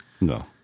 No